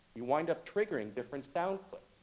you wind up triggering different sound but